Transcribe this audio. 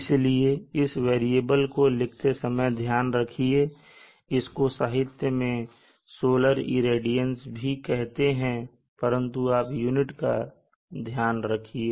इसलिए इस वेरिएबल को लिखते समय ध्यान रखिए इसको साहित्य में solar irradiance भी कहते हैं परंतु आप यूनिट का ध्यान रखिए